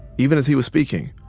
even as he was speaking,